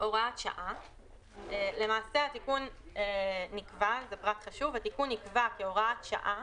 הוראת שעה - למעשה התיקון נקבע כהוראת שעה,